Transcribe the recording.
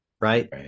right